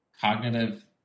cognitive